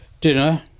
dinner